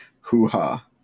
Hoo-ha